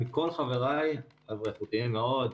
מכול חבריי חבר'ה איכותיים מאוד,